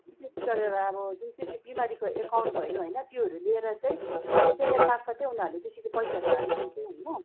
विशेष गरेर अब जुनचाहिँ त्यो बिमारीको एकाउन्ट भयो होइन त्योहरू लिएर चाहिँ अब च्यानलमार्फत् चाहिँ उनीहरूले त्यसरी पैसाहरू हालिदिन्छ हैन